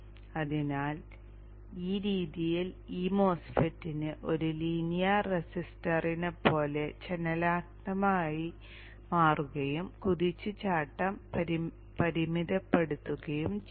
അതിനാൽ ഈ രീതിയിൽ ഈ MOSFET ന് ഒരു ലീനിയർ റെസിസ്റ്ററിനെപ്പോലെ ചലനാത്മകമായി മാറുകയും കുതിച്ചുചാട്ടം പരിമിതപ്പെടുത്തുകയും ചെയ്യും